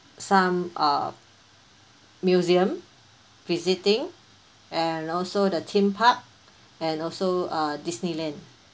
some uh museum visiting and also the theme park and also uh Disneyland